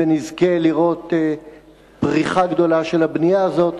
ונזכה לראות פריחה גדולה של הבנייה הזאת.